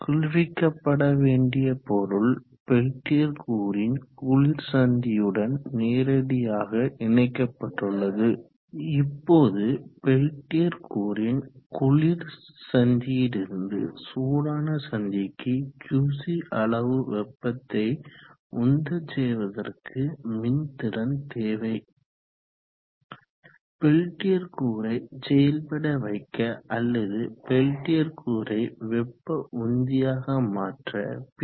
குளிர்விக்கப்பட வேண்டிய பொருள் பெல்டியர் கூறின் குளிர் சந்தியுடன் நேரடியாக இணைக்கப்பட்டுள்ளது இப்போது பெல்டியர் கூறின் குளிர் சந்திலிருந்து சூடான சந்திக்கு QC அளவு வெப்பத்தை உந்த செய்வதற்கு அதற்கு மின்திறன் தேவை பெல்டியர் கூறை செயல்பட வைக்க அல்லது பெல்டியர் கூறை வெப்ப உந்தியாக மாற்ற பி